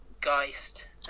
geist